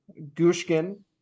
Gushkin